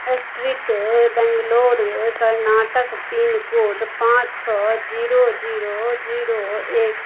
street Bangalore Karnataka pincode पाँच छओ zero zero zero एक